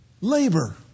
Labor